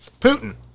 Putin